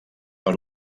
per